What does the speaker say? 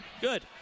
Good